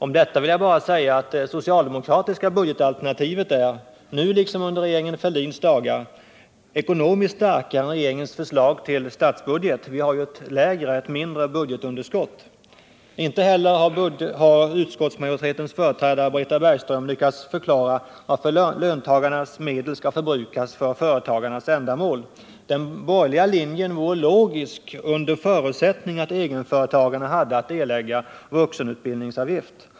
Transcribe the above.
Om detta vill jag bara säga att det socialdemokratiska budgetalternativet är, nu liksom under regeringen Fälldins dagar, ekonomiskt starkare än regeringens förslag till statsbudget. Vi har ju ett mindre budgetunderskott. Inte heller har utskottsmajoritetens företrädare, Britta Bergström, lyckats förklara varför löntagarnas medel skall förbrukas för företagarändamål. Den borgerliga linjen vore logisk under förutsättning att egenföretagarna hade att erlägga vuxenutbildningsavgift.